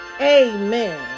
Amen